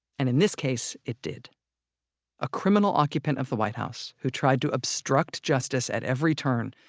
and in this case it did a criminal occupant of the white house who tried to obstruct justice at every turn,